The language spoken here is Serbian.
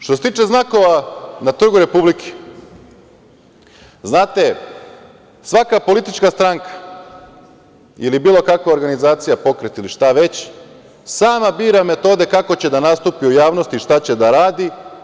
Što se tiče znakova na Trgu Republike, znate, svaka politička stranka ili bilo kakva organizacija, pokret ili šta već, sama bira metode kako će da nastupi u javnosti, šta će da radi.